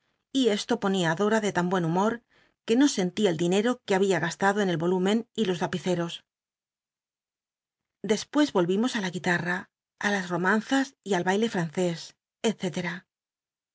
y esto ponía á dora de tan buen humor que no sentía el dinero que babia gastado en el volúmen y los lapiceros despues volvimos ti la guilamt i las romanzas y al baile francés